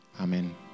Amen